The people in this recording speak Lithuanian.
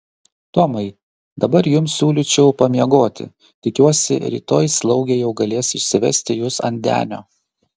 tomai dabar jums siūlyčiau pamiegoti tikiuosi rytoj slaugė jau galės išsivesti jus ant denio